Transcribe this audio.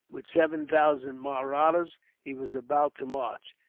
with seven thousand mahrattas, he was about to march.